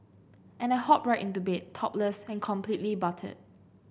and I hop right into bed topless and completely buttered